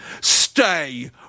Stay